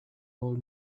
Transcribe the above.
role